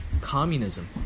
communism